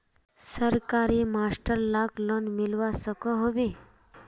सरकारी master lakh loan मिलवा सकोहो होबे?